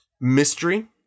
mystery